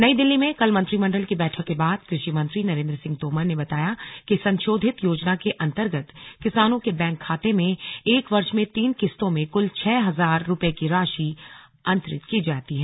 नई दिल्ली में कल मंत्रिमंडल की बैठक के बाद कृषि मंत्री नरेन्द्र सिंह तोमर ने बताया कि संशोधित योजना के अंतर्गत किसानों के बैंक खाते में एक वर्ष में तीन किस्तों में कुल छह हजार रुपये की राशि अंतरित की जाती है